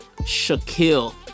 Shaquille